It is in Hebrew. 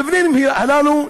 למבנים הללו,